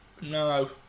No